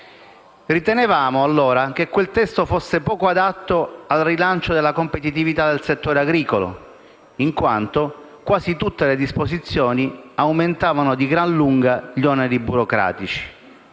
ritenevamo che quel testo fosse poco adatto al rilancio della competitività del settore agricolo, in quanto quasi tutte le disposizioni aumentavano di gran lunga gli oneri burocratici.